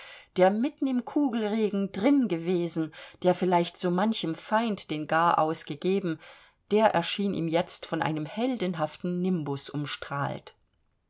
der mitten im kugelregen dringewesen der vielleicht so manchem feind den garaus gegeben der erschien ihm jetzt von einem heldenhaften nimbus umstrahlt